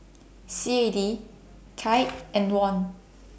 C A D Kyat and Won